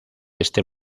este